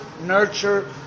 nurture